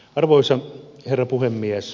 arvoisa herra puhemies